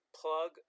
plug